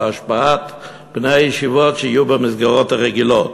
בהשפעת בני הישיבות שיהיו במסגרות הרגילות.